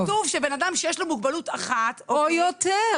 כתוב שאדם שיש לו מוגבלות אחת ---- או יותר.